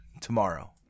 tomorrow